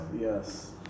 Yes